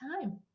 time